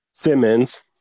Simmons